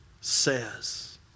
says